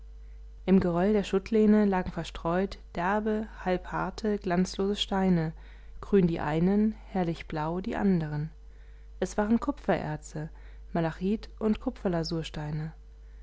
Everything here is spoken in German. im geröll der schuttlehne lagen verstreut derbe halbharte glanzlose steine grün die einen herrlich blau die anderen es waren kupfererze malachit und kupferlasursteine